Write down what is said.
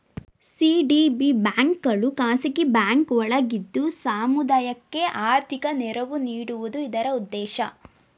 CDB ಬ್ಯಾಂಕ್ಗಳು ಖಾಸಗಿ bank ಒಳಗಿದ್ದು ಸಮುದಾಯಕ್ಕೆ ಆರ್ಥಿಕ ನೆರವು ನೀಡುವುದು ಇದರ ಉದ್ದೇಶ